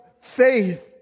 faith